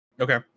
Okay